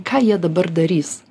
ką jie dabar darys